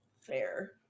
Fair